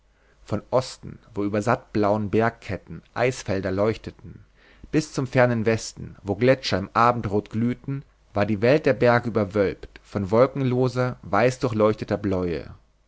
vom osten wo über sattblauen bergketten eisfelder leuchteten bis zum fernen westen wo gletscher im alpenrot glühten war die welt der berge überwölbt von wolkenloser weißdurchleuchteter bläue